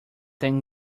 them